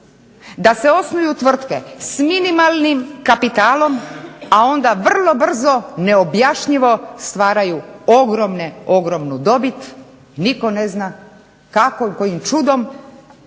da se osnuju tvrtke s minimalnim kapitalom, a onda vrlo brzo neobjašnjivo stvaraju ogromnu, ogromnu dobit. Nitko ne zna kako kojim čudom